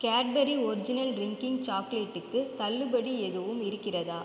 Cadbury original drinking சாக்லேட்டுக்கு தள்ளுபடி எதுவும் இருக்கிறதா